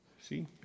See